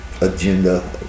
agenda